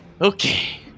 Okay